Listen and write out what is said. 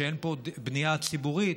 שאין פה בנייה ציבורית,